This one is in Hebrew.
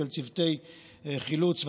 של צוותי חילוץ והצלה,